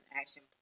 action